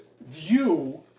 view